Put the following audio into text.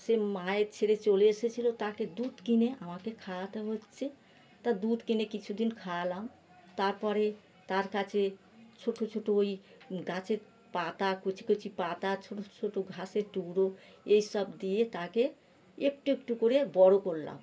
সে মায়ের ছেড়ে চলে এসেছিল তাকে দুধ কিনে আমাকে খাওয়াতে হচ্ছে তা দুধ কিনে কিছু দিন খাওয়ালাম তার পরে তার কাছে ছোটো ছোটো ওই গাছের পাতা কচি কচি পাতা ছোটো ছোটো ঘাসের টুকরো এই সব দিয়ে তাকে একটু একটু করে বড় করলাম